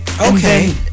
Okay